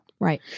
Right